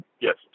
Yes